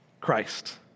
Christ